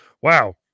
Wow